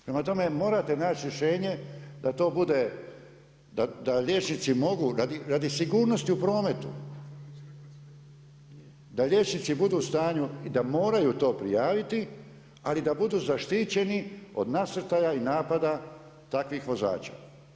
Prema tome, morate naći rješenje, da to bude, da liječnici mogu, radi sigurnosti u prometu, da liječnici budu u stanju i da moraju to prijaviti, ali da budu zaštićeni, od nasrtaja i od napada takvih vozača.